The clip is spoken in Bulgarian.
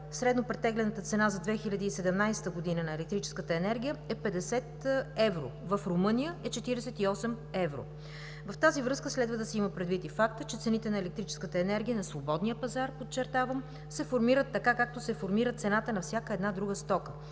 средно претеглената цена за 2017 г. на електрическата енергия е 50 евро, в Румъния е 48 евро. В тази връзка следва да се има предвид и фактът, че цените на електрическата енергия на свободния пазар, подчертавам, се формират така, както се формира цената на всяка една друга стока,